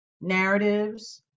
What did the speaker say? narratives